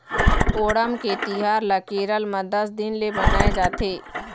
ओणम के तिहार ल केरल म दस दिन ले मनाए जाथे